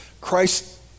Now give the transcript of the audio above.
Christ